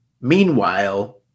Meanwhile